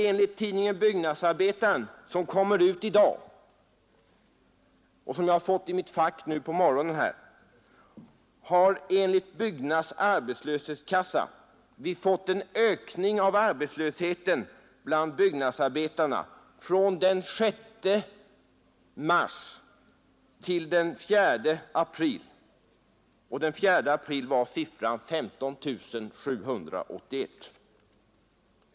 Enligt tidningen Byggnadsarbetaren, som kommer ut i dag och som jag fått i mitt fack nu på morgonen, har vi enligt Byggnads” arbetslöshetskassa fått en ökning av arbetslösheten bland byggnadsarbetarna från den 6 mars till den 4 april, då siffran var 15 781.